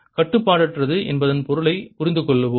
கட்டுப்பாடற்றது என்பதன் பொருளைப் புரிந்துகொள்வோம்